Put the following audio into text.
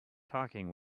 talking